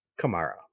Kamara